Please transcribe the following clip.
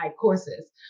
courses